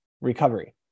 recovery